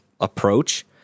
approach